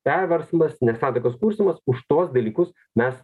perversmas nesantaikos kurstymas už tuos dalykus mes